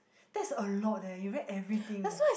that's a lot leh you read everything